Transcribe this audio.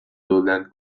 lowland